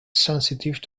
sensitive